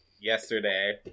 yesterday